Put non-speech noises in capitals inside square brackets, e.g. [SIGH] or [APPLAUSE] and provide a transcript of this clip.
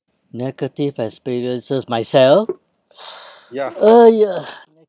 negative experiences myself [NOISE] !aiya!